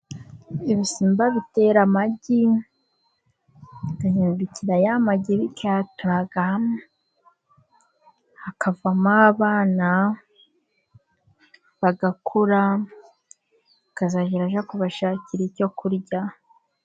Ibisimba bitera amagi, bigahindukira ya magi bikayatuga, hakavamo abana bagakura, bikazajya bijya kubashakira icyo kurya.